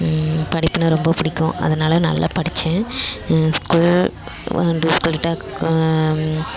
படிப்புனால் ரொம்ப பிடிக்கும் அதனால் நல்லா படித்தேன் ஸ்கூல் ஸ்கூல் விட்ட கா